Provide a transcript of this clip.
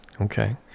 okay